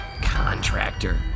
Contractor